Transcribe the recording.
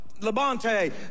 Labonte